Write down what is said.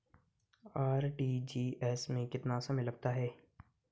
RTGS में कितना समय लगता है?